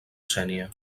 sénia